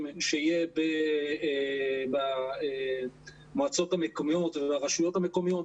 שיהיה במועצות המקומיות והרשויות המקומיות,